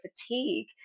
fatigue